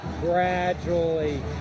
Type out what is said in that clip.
gradually